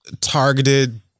targeted